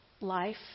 life